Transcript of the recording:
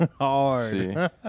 Hard